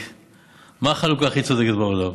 מה החלוקה הכי צודקת בעולם?